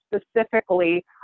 specifically